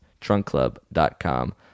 trunkclub.com